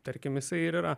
tarkim jisai ir yra